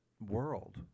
world